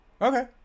Okay